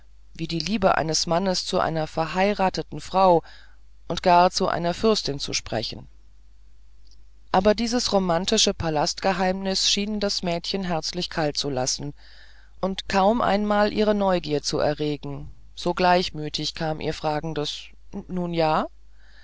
wie die liebe eines mannes zu einer verheirateten frau und gar zu einer fürstin zu sprechen aber dieses romantische palastgeheimnis schien das mädchen herzlich kalt zu lassen und kaum einmal ihre neugier zu erregen so gleichgültig kam ihr fragendes nun ja